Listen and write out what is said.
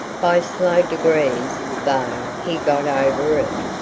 by slow degrees, though, he got over it,